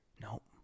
Nope